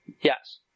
Yes